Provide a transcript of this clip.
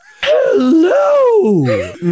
Hello